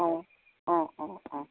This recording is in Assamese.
অঁ অঁ অঁ অঁ